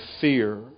fear